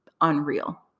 unreal